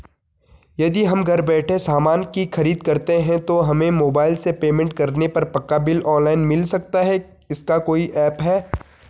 यदि हम घर बैठे सामान की खरीद करते हैं तो हमें मोबाइल से पेमेंट करने पर पक्का बिल ऑनलाइन मिल सकता है इसका कोई ऐप है